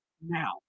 now